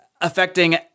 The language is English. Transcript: affecting